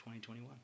2021